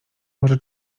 może